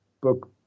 book